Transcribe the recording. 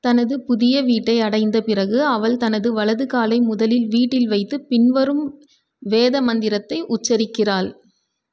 தனது புதிய வீட்டை அடைந்த பிறகு அவள் தனது வலது காலை முதலில் வீட்டில் வைத்து பின்வரும் வேத மந்திரத்தை உச்சரிக்கிறாள்